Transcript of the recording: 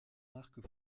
marques